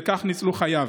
וכך ניצלו חייו.